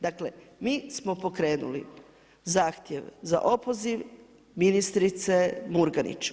Dakle, mi smo pokrenuli zahtjev za opoziv ministrice Murganić.